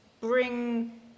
bring